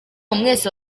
mwese